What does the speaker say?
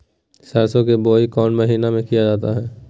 सरसो की बोआई कौन महीने में किया जाता है?